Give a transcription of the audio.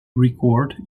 record